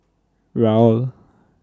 Raoul